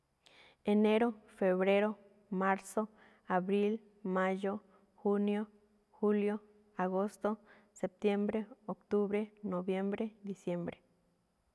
Enero, febrero, marzo, abril, mayo junio, julio, agosto, septiembre, octubre, noviembre, diciembre.